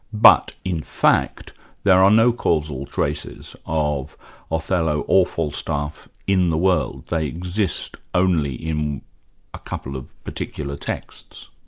but, in fact there are no causal traces of othello or falstaff in the world they exist only in a couple of particular texts.